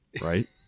Right